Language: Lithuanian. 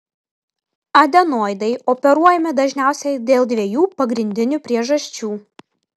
adenoidai operuojami dažniausiai dėl dviejų pagrindinių priežasčių